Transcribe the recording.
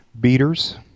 beaters